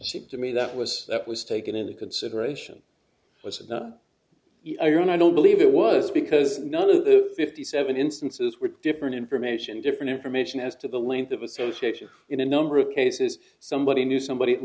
seems to me that was that was taken into consideration was and i don't believe it was because none of the fifty seven instances were different information different information as to the length of association in a number of cases somebody knew somebody